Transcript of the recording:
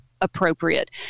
appropriate